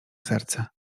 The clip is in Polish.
serce